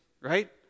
right